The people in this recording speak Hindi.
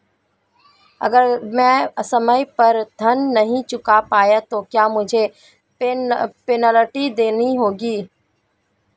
अगर मैं समय पर ऋण नहीं चुका पाया तो क्या मुझे पेनल्टी देनी होगी?